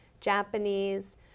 Japanese